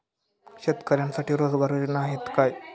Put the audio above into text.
शेतकऱ्यांसाठी रोजगार योजना आहेत का?